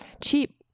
cheap